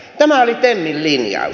tämä oli temin linjaus